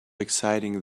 exciting